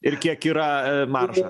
ir kiek yra marža